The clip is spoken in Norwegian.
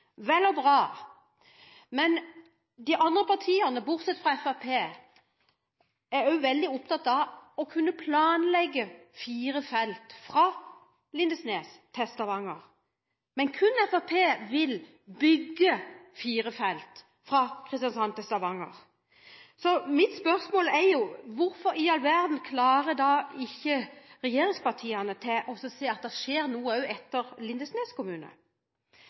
Vel og bra, men de andre partiene, bortsett fra Fremskrittspartiet, er også veldig opptatt av å kunne planlegge fire felt fra Lindesnes til Stavanger, men kun Fremskrittspartiet vil bygge fire felt fra Kristiansand til Stavanger. Mitt spørsmål er: Hvorfor i all verden klarer ikke regjeringspartiene å se at det skjer noe også etter Lindesnes kommune?